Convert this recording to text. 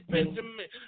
Benjamin